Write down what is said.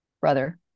brother